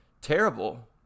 terrible